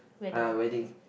wedding